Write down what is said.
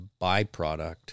byproduct